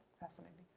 fascinating.